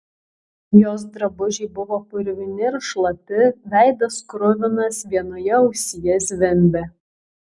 jos drabužiai buvo purvini ir šlapi veidas kruvinas vienoje ausyje zvimbė